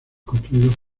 construidos